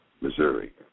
Missouri